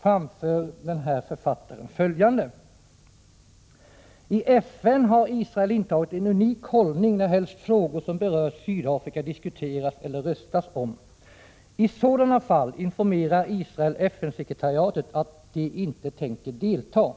framför författaren följande: ”LI FN har Israel intagit en unik hållning när helst frågor som berört Sydafrika diskuteras eller röstas om. I sådana fall informerar Israel FN sekretariatet att de inte tänker delta.